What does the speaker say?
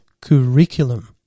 curriculum